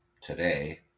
today